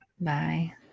Bye